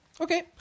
Okay